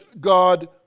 God